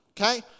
Okay